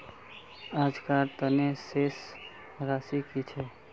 आजकार तने शेष राशि कि छे?